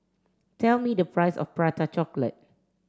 tell me the price of Prata Chocolate